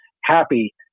happy